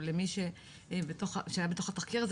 או למי שהיה בתוך התחקיר הזה,